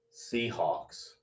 seahawks